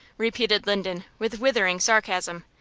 repeated linden, with withering sarcasm.